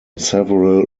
several